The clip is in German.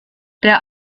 der